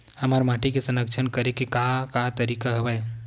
हमर माटी के संरक्षण करेके का का तरीका हवय?